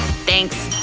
thanks.